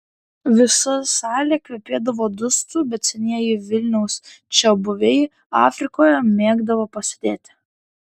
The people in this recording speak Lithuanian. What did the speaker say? visa salė kvepėdavo dustu bet senieji vilniaus čiabuviai afrikoje mėgdavo pasėdėti